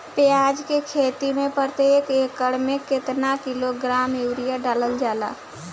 प्याज के खेती में प्रतेक एकड़ में केतना किलोग्राम यूरिया डालल जाला?